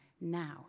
now